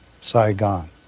Saigon